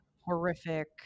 horrific